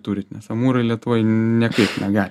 turit nes amūrai lietuvoj niekaip negali